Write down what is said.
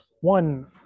one